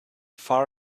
far